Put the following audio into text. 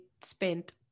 spent